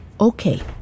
Okay